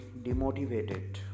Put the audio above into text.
demotivated